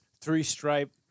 three-stripe